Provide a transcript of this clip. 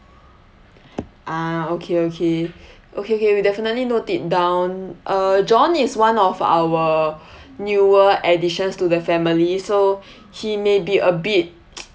ah okay okay okay okay we definitely note it down uh john is one of our newer additions to the family so he may be a bit